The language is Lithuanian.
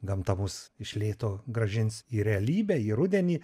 gamta mus iš lėto grąžins į realybę į rudenį